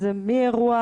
אז מאירוע